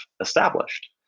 established